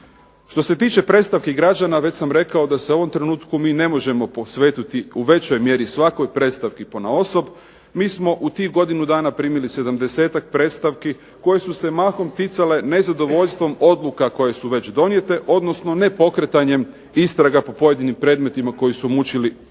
Što se tiče predstavki građana već sam rekao da se u ovom trenutku mi ne možemo posvetiti u većoj mjeri svakoj predstavki ponaosob. Mi smo u tih godinu dana primili 70-ak predstavki koje su se mahom ticale nezadovoljstvom odluka koje su već donijete, odnosno nepokretanjem istraga po pojedinim predmetima koji su mučili građane.